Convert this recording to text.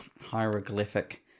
hieroglyphic